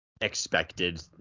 expected